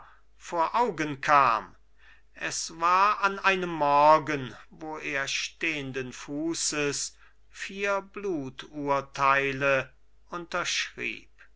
vor augen kam es war an einem morgen wo er stehnden fußes vier bluturteile unterschrieb